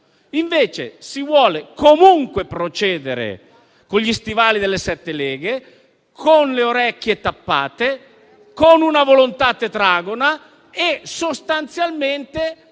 Invece no, si vuole comunque procedere con gli stivali delle sette leghe, con le orecchie tappate, con una volontà tetragona e sostanzialmente